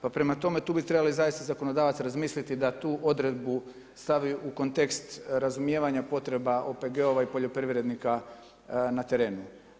Pa prema tome, tu bi trebali zaista zakonodavac razmisliti da tu odredbu stavi u kontekst razumijevanja potreba OPG-ova i poljoprivrednika na terenu.